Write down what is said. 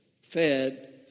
fed